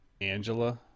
angela